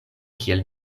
kiel